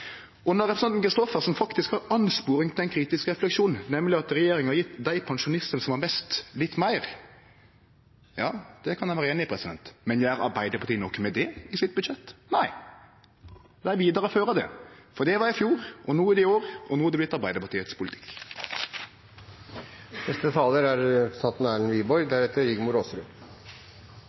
faktisk tendensar til ein kritisk refleksjon, nemleg at regjeringa har gitt dei pensjonistane som har mest, litt meir. Ja, det kan eg vere einig i, men gjer Arbeidarpartiet noko med det i sitt budsjett? Nei, dei vidareførar det, for det var i fjor, og no er det i år, og no er det blitt Arbeidarpartiets